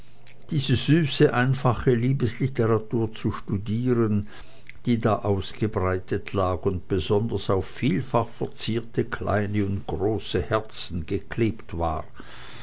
diese säße einfache liebesliteratur zu studieren die da ausgebreitet lag und besonders auf vielfach verzierte kleine und große herzen geklebt war